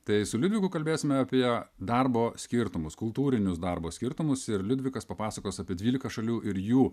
tai su liudviku kalbėsim apie darbo skirtumus kultūrinius darbo skirtumus ir liudvikas papasakos apie dvylika šalių ir jų